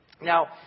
Now